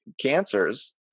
cancers